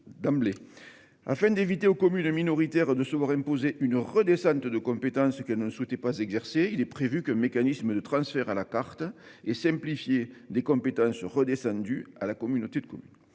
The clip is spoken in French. faveur. Afin d'éviter aux communes minoritaires de se voir imposer une redescente de compétences qu'elles ne souhaitent pas exercer, il est prévu un mécanisme de transfert à la carte et simplifié des compétences redescendues à la communauté de communes.